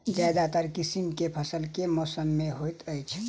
ज्यादातर किसिम केँ फसल केँ मौसम मे होइत अछि?